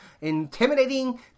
intimidating